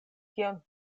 kion